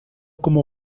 como